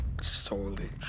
solely